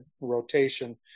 rotation